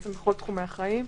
בכל תחומי החיים.